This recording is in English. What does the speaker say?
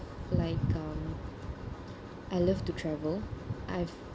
like um I love to travel I've